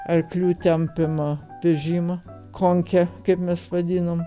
arklių tempiamą vežimą konkę kaip mes vadinom